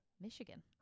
michigan